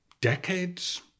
decades